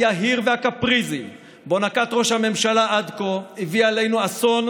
היהיר והקפריזי שנקט ראש הממשלה עד כה הביא עלינו אסון,